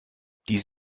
die